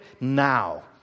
now